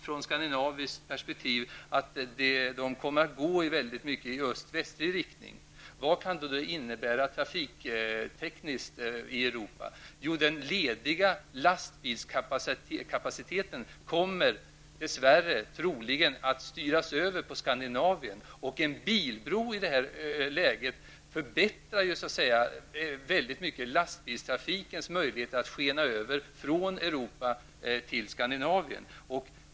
Från skandinaviskt perspektiv kan man befara att det kommer att gå mycket i öst-västlig riktning. Vad kan det trafiktekniskt innebära i Europa? Jo, den lediga lastbilskapaciteten kommer dess värre troligen att styras över till Skandinavien. I detta läge förbättrar en bilbro möjligheterna för lastbilstrafiken att skena över från Europa till Skandinavien.